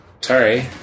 Sorry